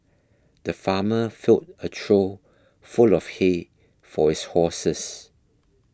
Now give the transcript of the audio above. the farmer filled a trough full of hay for his horses